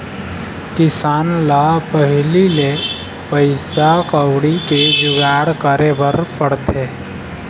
किसान ल पहिली ले पइसा कउड़ी के जुगाड़ करे बर पड़थे